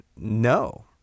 No